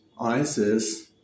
Isis